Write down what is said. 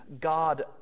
God